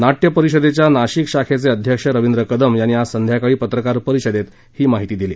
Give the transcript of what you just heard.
नाट्य परिषदेच्या नाशिक शाखेचे अध्यक्ष रवींद्र कदम यांनी आज सायंकाळी पत्रकार परिषदेत ही माहिती दिली